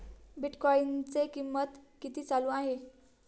बिटकॉइनचे कीमत किती चालू आहे